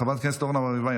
חברת הכנסת אורנה ברביבאי,